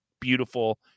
beautiful